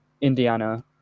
Indiana